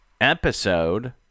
episode